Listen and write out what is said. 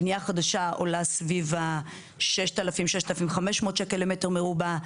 בנייה חדשה עולה סביב ה-6,000 6,500 שקל למ"ר.